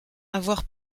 avoir